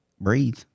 Breathe